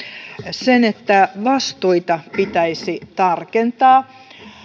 sen että vastuita pitäisi tarkentaa